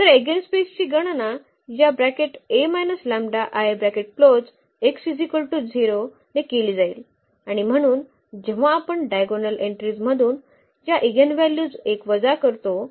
तर एगेनस्पेसची गणना या ने केली जाईल आणि म्हणून जेव्हा आपण डायगोनल एंटीज मधून हा इगेनव्हल्यूज 1 वजा करतो